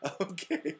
Okay